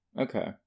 Okay